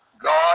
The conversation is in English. God